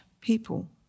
people